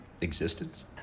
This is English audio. existence